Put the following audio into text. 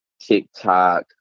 TikTok